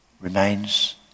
remains